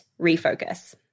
refocus